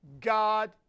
God